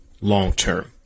long-term